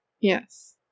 Yes